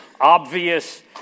obvious